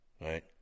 right